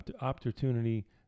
opportunity